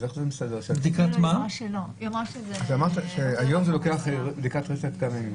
אמרת שהיום לוקחת בדיקת רצף כמה ימים.